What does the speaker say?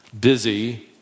Busy